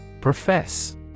Profess